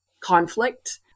conflict